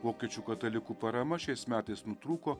vokiečių katalikų parama šiais metais nutrūko